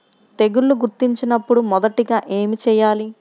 తెగుళ్లు గుర్తించినపుడు మొదటిగా ఏమి చేయాలి?